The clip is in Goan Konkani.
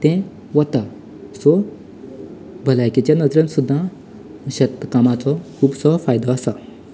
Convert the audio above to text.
तें वता सो भलायकेच्या नजरेन सुद्दा शेत कामाचो खुबसो फायदो आसा